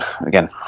again